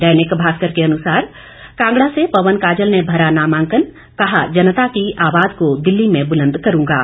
दैनिक भास्कर के अनुसार कांगड़ा से पवन काजल ने भरा नामांकन कहा जनता की आवाज को दिल्ली में बुलंद करूंगा